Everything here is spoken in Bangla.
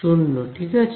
0 ঠিক আছে